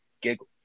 giggle